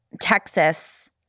Texas